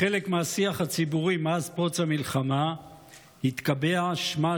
מאז פרוץ המלחמה התקבע בחלק מהשיח הציבורי